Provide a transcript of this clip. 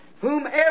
whomever